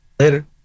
Later